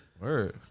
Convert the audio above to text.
word